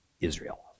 Israel